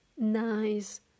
nice